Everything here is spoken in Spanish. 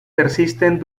persisten